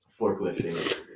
Forklifting